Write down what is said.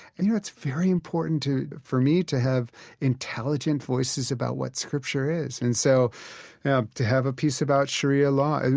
and you know, it's very important for me to have intelligent voices about what scripture is, and so and to have a piece about shariah law.